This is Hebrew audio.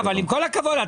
עם כל הכבוד,